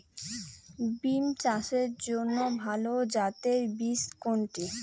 বিম চাষের জন্য ভালো জাতের বীজ কোনটি?